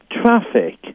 traffic